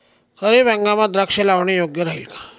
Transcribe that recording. खरीप हंगामात द्राक्षे लावणे योग्य राहिल का?